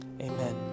amen